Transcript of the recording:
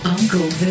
Uncle